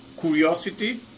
curiosity